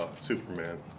Superman